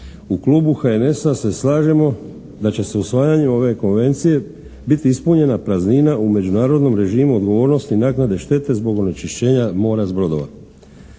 u Klubu HNS-a se slažem da će se usvajanjem ove konvencije biti ispunjena praznina u međunarodnom režimu odgovornosti naknade štete zbog onečišćenja mora s brodova.